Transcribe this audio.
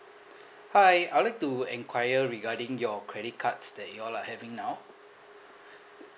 hi I'd like to enquire regarding your credit cards that you all like having now